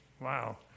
Wow